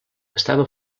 estava